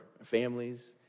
families